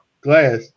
glass